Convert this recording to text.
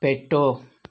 పెట్టు